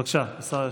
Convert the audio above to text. בבקשה, השר ישיב.